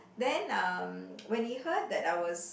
then um when he heard that I was